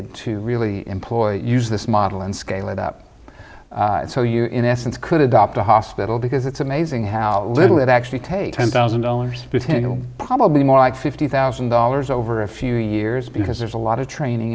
to really employ use this model and scale it up so you in essence could adopt a hospital because it's amazing how little it actually takes ten thousand dollars probably more like fifty thousand dollars over a few years because there's a lot of training